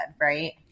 right